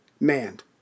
manned